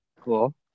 Cool